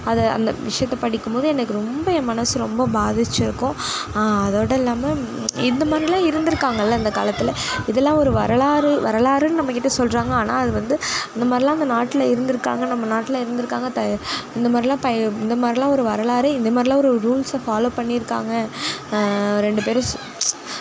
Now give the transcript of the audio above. அது அந்த விஷயத்தை படிக்கும் போது எனக்கு ரொம்ப என் மனது ரொம்ப பாதித்துருக்கும் அதோடு இல்லாமல் இந்த மாதிரியெல்லாம் இருந்துருக்காங்களே அந்த காலத்தில் இதெல்லாம் ஒரு வரலாறு வரலாறுனு நம்மகிட்ட சொல்கிறாங்க ஆனால் அது வந்து இந்த மாதிரிலாம் இந்த நாட்டில் இருந்துருக்காங்க நம்ம நாட்டில்இருந்துருக்காங்க இந்த மாதிரிலாம் இந்த மாதிரிலாம் ஒரு வரலாறு இந்த மாதிரிலாம் ஒரு ரூல்ஸ்ஸை ஃபாலோவ் பண்ணியிருக்காங்க ரெண்டு பேரும்